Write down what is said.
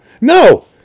No